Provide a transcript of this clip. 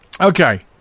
Okay